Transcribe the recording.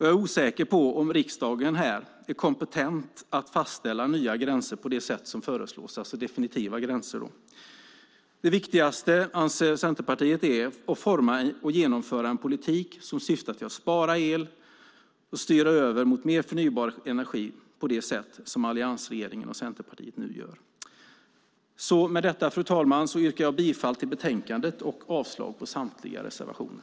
Jag är osäker på om riksdagen är kompetent att fastställa nya definitiva gränser på det sätt som föreslås. Det viktigaste anser Centerpartiet är att forma och genomföra en politik som syftar till att spara el och styra över mot mer förnybar energi på det sätt som alliansregeringen och Centerpartiet nu gör. Med detta, fru talman, yrkar jag bifall till förslaget i betänkandet och avslag på samtliga reservationer.